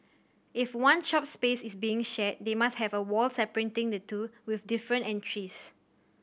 if one shop space is being shared they must have a wall separating the two with different entries